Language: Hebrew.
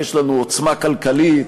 ויש לנו עוצמה כלכלית,